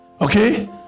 okay